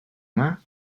mar